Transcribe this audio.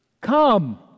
Come